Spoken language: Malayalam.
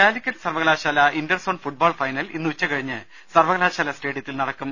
കാലിക്കറ്റ് സർവകലാശാല ഇന്റർസോൺ ഫുട്ബാൾ ഫൈനൽ ഇന്ന് ഉച്ചകഴിഞ്ഞ് സർവകലാശാലാ സ്റ്റേഡിയത്തിൽ നടക്കും